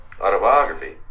autobiography